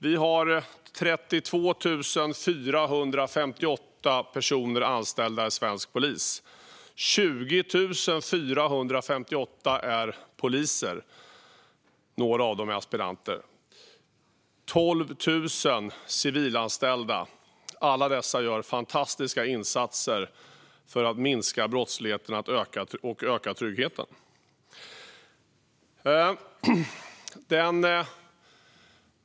Vi har 32 458 personer anställda inom svensk polis. 20 458 är poliser - några av dem är aspiranter - och 12 000 är civilanställda. Alla dessa gör fantastiska insatser för att minska brottsligheten och öka tryggheten.